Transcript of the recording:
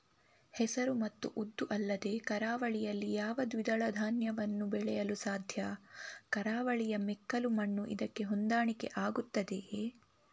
ಹೆಸರು ಮತ್ತು ಉದ್ದು ಅಲ್ಲದೆ ಕರಾವಳಿಯಲ್ಲಿ ಯಾವ ದ್ವಿದಳ ಧಾನ್ಯವನ್ನು ಬೆಳೆಯಲು ಸಾಧ್ಯ? ಕರಾವಳಿಯ ಮೆಕ್ಕಲು ಮಣ್ಣು ಇದಕ್ಕೆ ಹೊಂದಾಣಿಕೆ ಆಗುತ್ತದೆಯೇ?